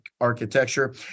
architecture